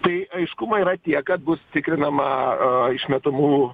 tai aiškumo yra tiek kad bus tikrinama a išmetamų